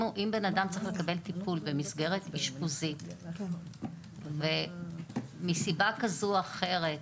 אם בן אדם צריך לקבל טיפול במסגרת אשפוזית ומסיבה כזו או אחרת,